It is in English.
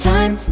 Time